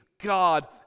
God